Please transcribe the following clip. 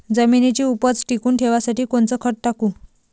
जमिनीची उपज टिकून ठेवासाठी कोनचं खत टाकू?